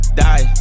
die